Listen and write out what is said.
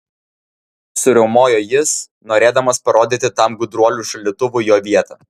suriaumojo jis norėdamas parodyti tam gudruoliui šaldytuvui jo vietą